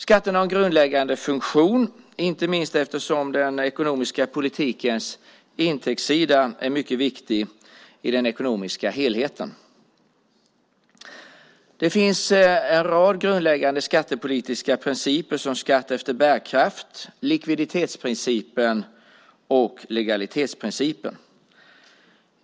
Skatterna har en grundläggande funktion, inte minst därför att intäktssidan är mycket viktig i den ekonomiska helheten. Det finns en rad grundläggande skattepolitiska principer, som skatt efter bärkraft, likviditetsprincipen och legalitetsprincipen.